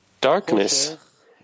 Darkness